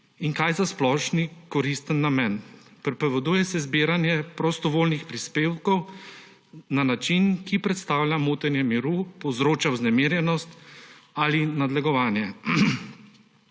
in kaj za splošnokoristen namen. Prepoveduje se zbiranje prostovoljnih prispevkov na način, ki predstavlja motenje miru, povzroča vznemirjenost ali nadlegovanje.